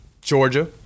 Georgia